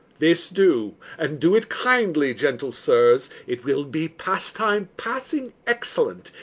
this do, and do it kindly, gentle sirs it will be pastime passing excellent,